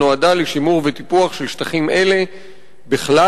שנועדה לשימור וטיפוח של שטחים אלה בכלל,